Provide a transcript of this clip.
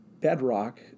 bedrock